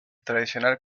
tradicional